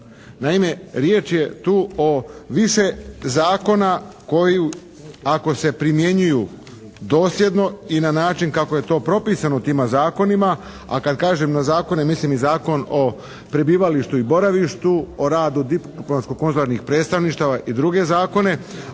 Naime, riječ je tu o više zakona koju, ako se primjenjuju dosljedno i na način kako je to propisano u tima zakonima, a kad kažem na zakone mislim i Zakon o prebivalištu i boravištu, o radi diplomatsko konzularnih predstavništava i druge zakone.